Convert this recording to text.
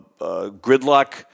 gridlock